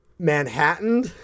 Manhattan